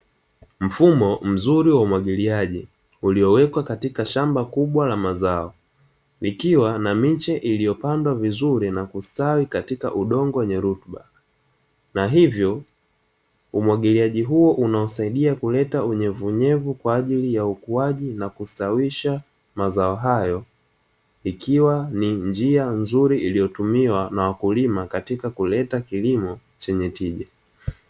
Mfumo mzuri wa umwagiliaji uliowekwa katika shamba kubwa la mazao, likiwa na miche iliyopandwa vizuri na kustawi katika udongo wenye rutuba, na hivyo umwagiliaji huo unaosaidia kuleta unyevuunyevu kwa ajili ya ukuaji na kustawisha mazao hayo, ikiwa ni njia nzuri iliotumiwa na wakulima katika kuleta kilimo chenye tija.